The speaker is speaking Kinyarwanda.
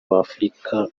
w’afurika